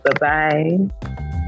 bye-bye